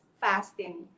fasting